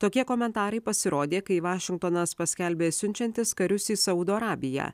tokie komentarai pasirodė kai vašingtonas paskelbė siunčiantis karius į saudo arabiją